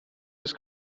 his